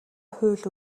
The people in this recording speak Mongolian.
хууль